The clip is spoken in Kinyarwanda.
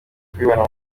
kubibona